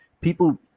People